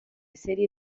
serie